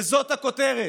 וזאת הכותרת.